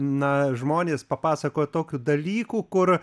na žmonės papasakoja tokių dalykų kur